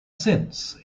since